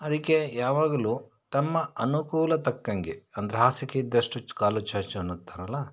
ಅದಕ್ಕೆ ಯಾವಾಗಲೂ ತಮ್ಮ ಅನುಕೂಲ ತಕ್ಕಂಗೆ ಅಂದ್ರೆ ಹಾಸಿಗೆ ಇದ್ದಷ್ಟು ಚ್ ಕಾಲು ಚಾಚು ಅನ್ನುತ್ತಾರಲ್ಲ